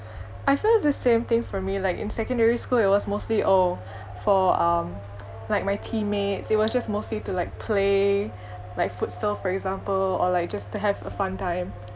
I feel it's the same thing for me like in secondary school it was mostly oh for um like my teammates it was just mostly to like play like futsal for example or like just to have a fun time